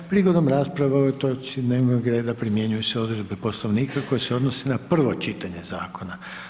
Prigodom rasprave o ovoj točci dnevnog reda, primjenjuju se odredbe poslovnika koje se odnose na prvo čitanje zakona.